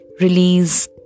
release